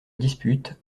dispute